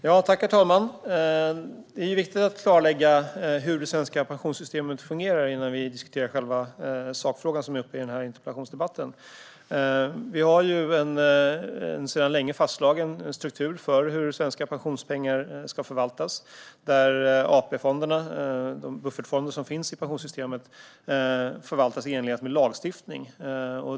Herr talman! Det är viktigt att klarlägga hur det svenska pensionssystemet fungerar innan vi diskuterar själva sakfrågan i denna interpellationsdebatt. Vi har en sedan länge fastslagen struktur för hur svenska pensionspengar ska förvaltas. AP-fonderna, de buffertfonder som finns i pensionssystemet, förvaltas i enlighet med lagstiftning.